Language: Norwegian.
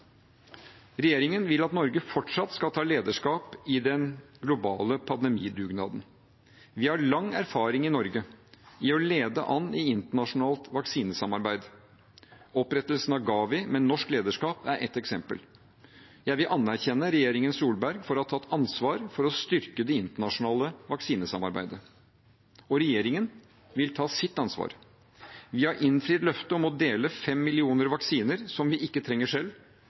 Regjeringen vil at Norge fortsatt skal ta lederskap i den globale pandemidugnaden. Vi har lang erfaring i Norge i å lede an i internasjonalt vaksinesamarbeid. Opprettelsen av GAVI med norsk lederskap er ett eksempel. Jeg vil anerkjenne regjeringen Solberg for å ha tatt ansvar for å styrke det internasjonale vaksinesamarbeidet. Regjeringen vil ta sitt ansvar. Vi har innfridd løftet om å dele fem millioner vaksiner som vi ikke trenger selv,